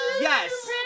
Yes